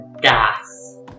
Gas